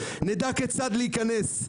נדע כיצד להיכנס.